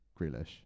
Grealish